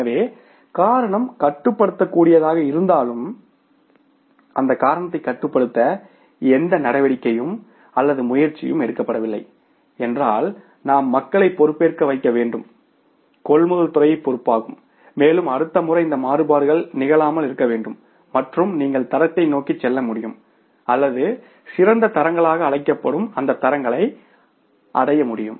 எனவே காரணம் கட்டுப்படுத்தக்கூடியதாக இருந்தாலும் அந்த காரணத்தைக் கட்டுப்படுத்த எந்த நடவடிக்கையும் அல்லது முயற்சியும் எடுக்கப்படவில்லை என்றால் நாம் மக்களை பொறுப்பேற்க வைக்க வேண்டும் கொள்முதல் கொள்முதல் துறை பொறுப்பாகும் மேலும் அடுத்த முறை இந்த மாறுபாடுகள் நிகழாதீர்கள் மற்றும் நீங்கள் தரத்தை நோக்கி செல்ல முடியும் அல்லது சிறந்த தரங்களாக அழைக்கப்படும் அந்த தரங்களை அடைய முடியும்